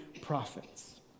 prophets